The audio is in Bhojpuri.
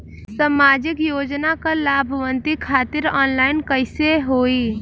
सामाजिक योजना क लाभान्वित खातिर ऑनलाइन कईसे होई?